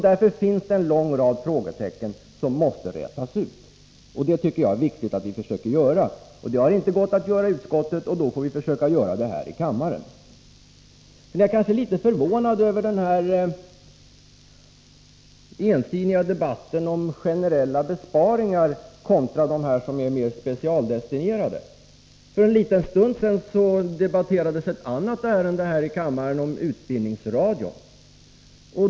Därför finns det en lång rad frågetecken att räta ut, och jag tycker det är viktigt att vi försöker göra det. Det har inte gått att göra i utskottet, och då får vi försöka göra det här i kammaren. Jag är litet förvånad över den ensidiga debatten om generella besparingar kontra besparingar som är mer specialdestinerade. För en liten stund sedan debatterades ett annat ärende här i kammaren, det om utbildningsradion.